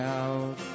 out